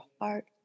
heart